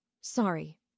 Sorry